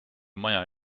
maja